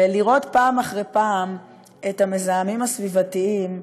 ולראות פעם אחרי פעם את המזהמים הסביבתיים,